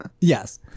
Yes